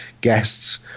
guests